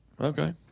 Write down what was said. Okay